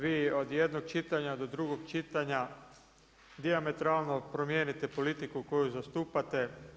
Vi od jednog čitanja do drugog čitanja, dijametralno promijenite politiku koju zastupate.